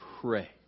Pray